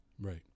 Right